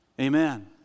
amen